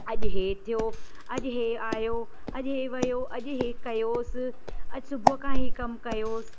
अॼु हे थियो अॼु हे आहियो अॼु हे वियो अॼु हे कयोसीं अॼु सुबुह खां ई कमु कयोसीं